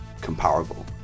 comparable